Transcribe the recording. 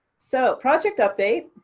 so project update,